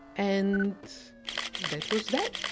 and that was that.